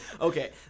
Okay